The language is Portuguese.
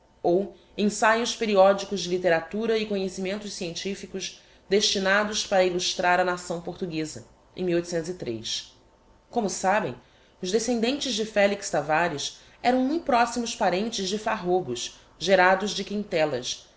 ou ensaios periodicos de litteratura e conhecimentos scientificos destinados para illustrar a nação portugueza e como sabem os descendentes de felix tavares eram mui proximos parentes de farrobos gerados de quintellas